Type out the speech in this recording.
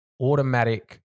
Automatic